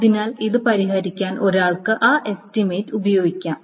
അതിനാൽ അത് പരിഹരിക്കാൻ ഒരാൾക്ക് ആ എസ്റ്റിമേറ്റ് ഉപയോഗിക്കാം